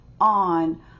on